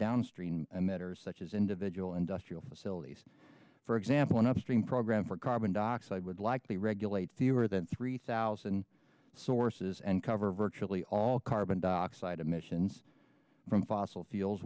downstream matters such as individual industrial facilities for example an upstream program for carbon dioxide would likely regulate fewer than three thousand sources and cover virtually all carbon dioxide emissions from fossil fuels